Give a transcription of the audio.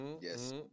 Yes